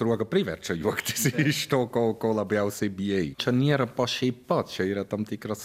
sruoga priverčia juoktis iš to ko ko labiausiai bijai čia nėra pašaipa čia yra tam tikras